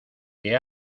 que